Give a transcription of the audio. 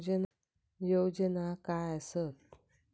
योजना काय आसत?